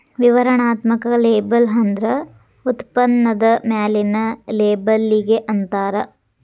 ವಿವರಣಾತ್ಮಕ ಲೇಬಲ್ ಅಂದ್ರ ಉತ್ಪನ್ನದ ಮ್ಯಾಲಿನ್ ಲೇಬಲ್ಲಿಗಿ ಅಂತಾರ